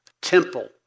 temple